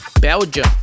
Belgium